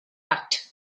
act